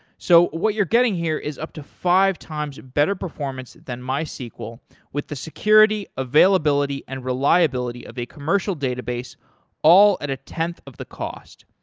so what you're getting here is up to five times better performance than mysql with the security, availability and reliability of the commercial database all at a tenth of the cost,